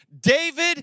David